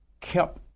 kept